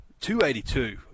282